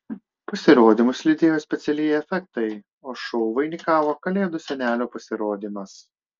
pasirodymus lydėjo specialieji efektai o šou vainikavo kalėdų senelio pasirodymas